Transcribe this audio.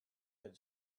had